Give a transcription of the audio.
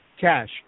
cash